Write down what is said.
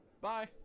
bye